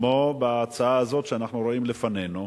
כמו בהצעה הזאת שאנחנו רואים לפנינו.